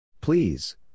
Please